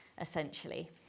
essentially